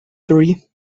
three